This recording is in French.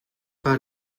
pas